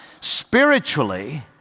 spiritually